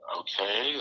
okay